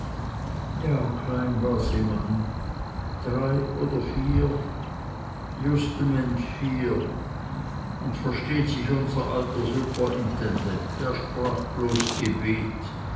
ja klein war sie man drei oder vier justement vier und versteht sich unser alter supperndent er sprach bloß s gebet